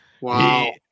Wow